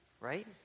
right